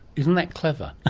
isn't that clever!